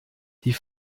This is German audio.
die